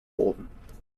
oben